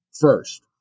first